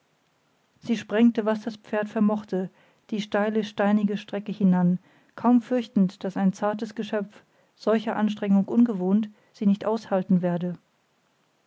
sie sprengte was das pferd vermochte die steile steinige strecke hinan kaum fürchtend daß ein zartes geschöpf solcher anstrengung ungewohnt sie nicht aushalten werde